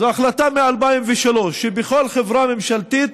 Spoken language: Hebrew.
זו החלטה מ-2003, שבכל חברה ממשלתית